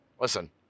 Listen